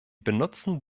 benutzen